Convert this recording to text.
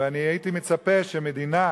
ואני הייתי מצפה שבמדינה